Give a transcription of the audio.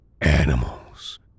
Animals